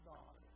God